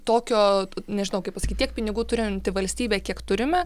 tokio nežinau kaip pasakyt tiek pinigų turinti valstybė kiek turime